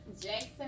Jackson